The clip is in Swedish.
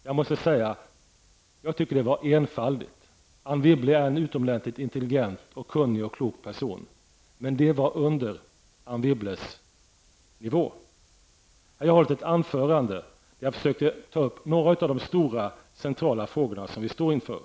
Jag måste säga att jag tycker att det var enfaldigt. Anne Wibble är en utomordentligt intelligent, kunnig och klok person, men det var under Anne Wibbles nivå. Jag har hållit ett anförande där jag försökt ta upp några av de stora centrala frågorna som vi står inför.